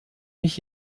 mich